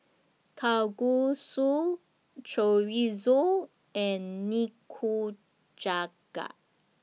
Kalguksu Chorizo and Nikujaga